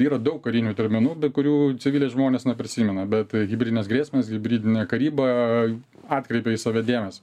yra daug karinių terminų be kurių civiliai žmonės neprisimena bet hibridinės grėsmės hibridinė karyba atkreipia į save dėmesį